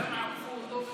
למה עקפו אותו?